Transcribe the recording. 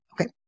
Okay